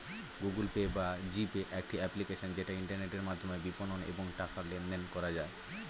Google Pay বা G Pay একটি application যেটা ইন্টারনেটের মাধ্যমে বিপণন এবং টাকা লেনদেন করা যায়